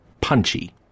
Punchy